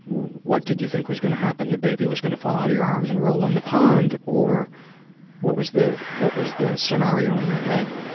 what did you think was going to happen? the baby was going to fall out of your arms and roll in the pond or what was the, what was the scenario in your head?